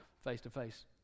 face-to-face